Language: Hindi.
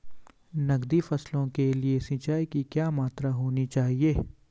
नकदी फसलों के लिए सिंचाई की क्या मात्रा होनी चाहिए?